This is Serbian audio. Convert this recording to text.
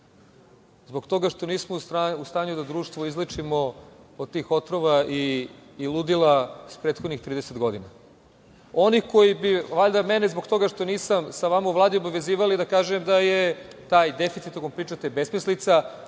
zbog toga što nismo u stanju da društvo izlečimo od tih otrova i ludila iz prethodnih 30 godina. Oni koji bi, valjda mene zbog toga što nisam sa vama u Vladi obavezivali da kažem da je taj deficit o kome pričate besmislica,